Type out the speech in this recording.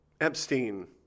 Epstein